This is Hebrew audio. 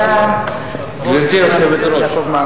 הנושא הזה נקבע לישיבת המשך בשבוע הבא.